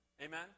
Amen